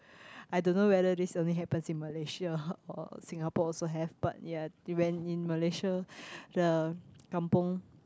I don't know whether this only happens in Malaysia or Singapore also have but ya when in Malaysia the kampung